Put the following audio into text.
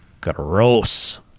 Gross